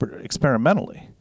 experimentally